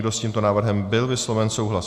S tímto návrhem byl vysloven souhlas.